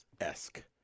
esque